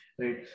right